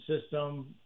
system